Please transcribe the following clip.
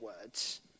words